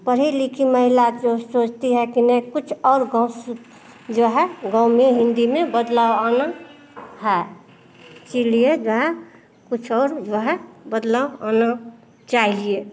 पढ़ी लिखी महिला जो सोचती है कि नहीं कुछ और गाँव से जो है गाँव में हिन्दी में बदलाव आना है इसीलिए गाँव कुछ और रह बदलाव आना चाहिए